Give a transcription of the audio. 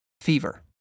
Fever